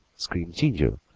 screamed ginger,